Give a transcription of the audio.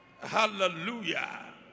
Hallelujah